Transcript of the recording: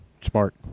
Smart